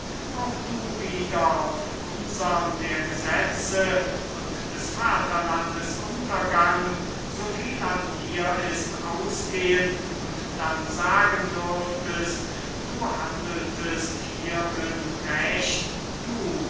auch du wieder auf unsern der gesetze und des vaterlandes untergang so viel an dir ist ausgehen und dann sagen dürftest du handeltest hierin recht du